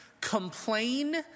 Complain